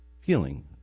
feeling